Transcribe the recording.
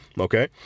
Okay